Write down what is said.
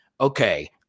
okay